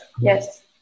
yes